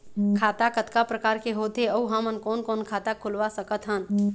खाता कतका प्रकार के होथे अऊ हमन कोन कोन खाता खुलवा सकत हन?